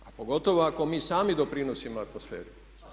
A pogotovo ako mi sami doprinosimo atmosferi.